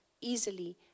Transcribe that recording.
easily